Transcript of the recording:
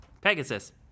Pegasus